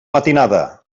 matinada